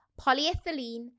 polyethylene